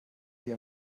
wie